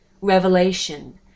Revelation